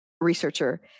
researcher